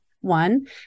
one